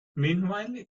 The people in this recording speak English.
meanwhile